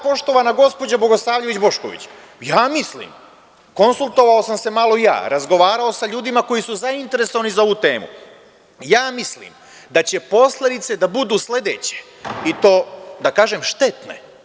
Poštovana gospođo Bogosavljević Bošković, ja mislim, konsultovao sam se malo i ja, razgovarao sa ljudima koji su zainteresovani za ovu temu, ja mislim da će posledice da budu sledeće, i to da kažem štetne.